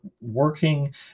working